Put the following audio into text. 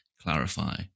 clarify